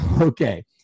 Okay